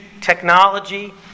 technology